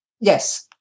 Yes